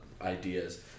ideas